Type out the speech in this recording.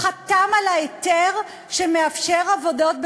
לעשות את זה